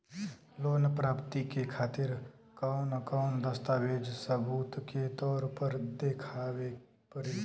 Loan प्राप्ति के खातिर कौन कौन दस्तावेज सबूत के तौर पर देखावे परी?